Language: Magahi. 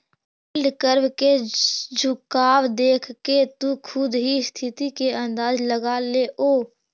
यील्ड कर्व के झुकाव देखके तु खुद ही स्थिति के अंदाज लगा लेओ